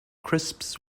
crisps